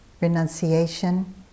Renunciation